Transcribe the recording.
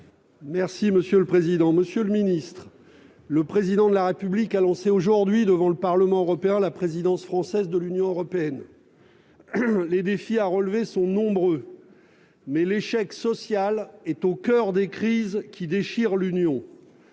citoyen et écologiste. Monsieur le ministre, le Président de la République a lancé, aujourd'hui, devant le Parlement européen, la présidence française du Conseil de l'Union européenne (PFUE). Les défis à relever sont nombreux. Mais l'échec social est au coeur des crises qui déchirent l'Union,